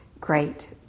great